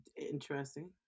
interesting